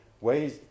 ways